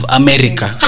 america